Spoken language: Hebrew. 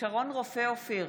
שרון רופא אופיר,